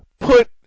put